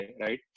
right